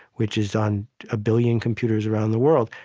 which is on a billion computers around the world,